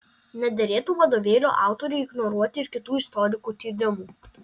nederėtų vadovėlio autoriui ignoruoti ir kitų istorikų tyrimų